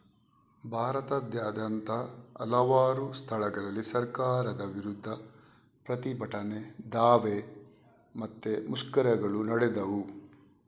ಭಾರತದಾದ್ಯಂತ ಹಲವಾರು ಸ್ಥಳಗಳಲ್ಲಿ ಸರ್ಕಾರದ ವಿರುದ್ಧ ಪ್ರತಿಭಟನೆ, ದಾವೆ ಮತ್ತೆ ಮುಷ್ಕರಗಳು ನಡೆದವು